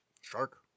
Shark